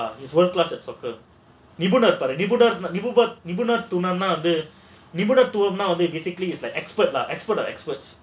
ya it's worthless at soccer நிபுணர் நிபுணர் நிபுணத்துவம்னா வந்து:nibunar nibunar nibunathuvamnaa vandhu basically is like expert ah experts of experts